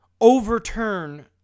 overturn